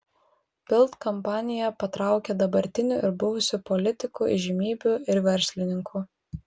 bild kampanija patraukė dabartinių ir buvusių politikų įžymybių ir verslininkų